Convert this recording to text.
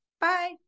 bye